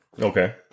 Okay